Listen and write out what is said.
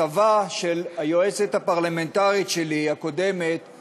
סבה של היועצת הפרלמנטרית הקודמת שלי,